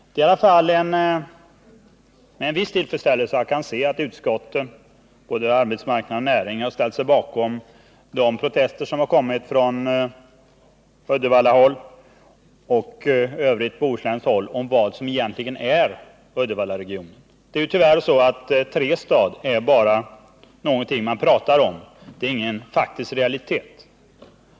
Det är i alla fall med viss tillfredsställelse jag kan se att både arbetsmarknadsutskottet och näringsutskottet ställer sig bakom de protester som kommit från Uddevallahåll och f.ö. från Bohusläns håll om vad som är Uddevallaregionen. Begreppet Trestad är någonting man bara talar om. Det är faktiskt ingen realitet.